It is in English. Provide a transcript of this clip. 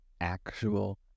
actual